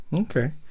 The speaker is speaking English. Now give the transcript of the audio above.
Okay